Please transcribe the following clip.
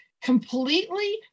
Completely